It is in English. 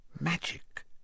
Magic